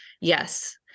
yes